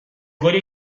گلیه